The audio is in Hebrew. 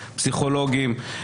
פסיכולוגים,